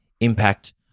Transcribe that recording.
impact